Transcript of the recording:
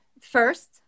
first